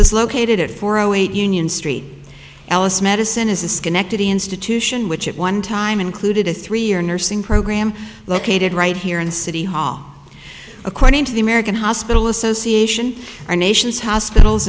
is located at four o eight union street alice medicine is a schenectady institution which at one time included a three year nursing program located right here in city hall according to the american hospital association our nation's hospitals